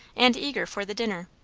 and eager for the dinner.